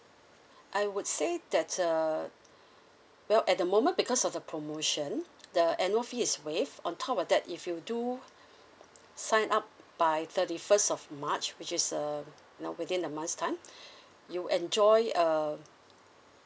I would say that's uh well at the moment because of the promotion the annual fee is waived on top of that if you do sign up by thirty first of march which is uh now within a month's time you enjoy uh